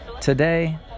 Today